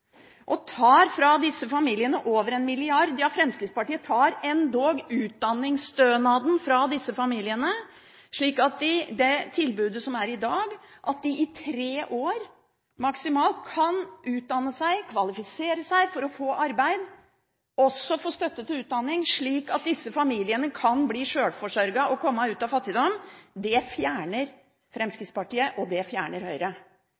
De tar fra disse familiene over 1 mrd. kr, ja, Fremskrittspartiet tar endog utdanningsstønaden fra disse familiene. Dette tilbudet gir i dag støtte til enslige forsørgere i maksimalt tre år så de kan utdanne seg og kvalifisere seg for å få arbeid, slik at familiene kan bli sjølforsørget og komme ut av fattigdom. Det fjerner Fremskrittspartiet, og det fjerner Høyre.